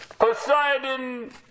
Poseidon